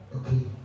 okay (